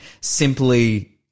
simply